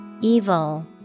Evil